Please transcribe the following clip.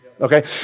okay